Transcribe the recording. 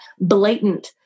blatant